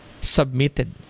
submitted